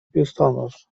biustonosz